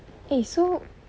eh so